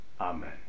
Amen